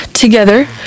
Together